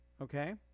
okay